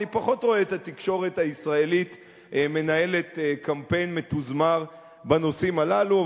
אני פחות רואה את התקשורת הישראלית מנהלת קמפיין מתוזמר בנושאים הללו.